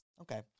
Okay